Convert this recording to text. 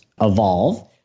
evolve